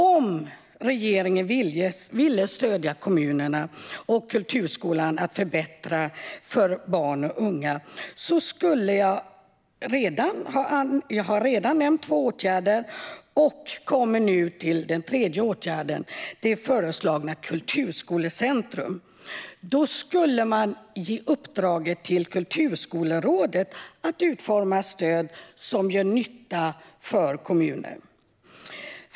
Om regeringen vill stödja kommunerna och kulturskolan för att förbättra för barn och unga har jag redan nämnt två åtgärder som man kan vidta, och jag kommer nu till den tredje åtgärden, nämligen det föreslagna kulturskolecentrumet. Då skulle man kunna ge Kulturskolerådet i uppdrag att utforma stöd som gör nytta för kommunerna.